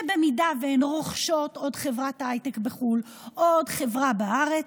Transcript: ואם הן רוכשות עוד חברת הייטק בחו"ל או עוד חברה בארץ,